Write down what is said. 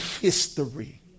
history